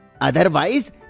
Otherwise